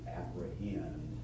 apprehend